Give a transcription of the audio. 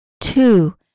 Two